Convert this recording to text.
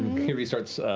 kiri starts